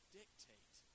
dictate